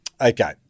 Okay